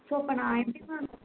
so இப்போ நான் எப்படி மேம்